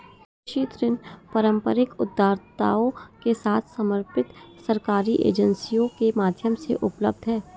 कृषि ऋण पारंपरिक उधारदाताओं के साथ समर्पित सरकारी एजेंसियों के माध्यम से उपलब्ध हैं